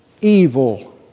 evil